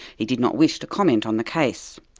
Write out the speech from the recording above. he did not wish to comment on the case.